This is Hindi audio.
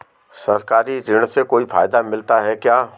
सरकारी ऋण से कोई फायदा मिलता है क्या?